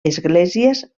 esglésies